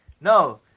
No